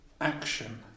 action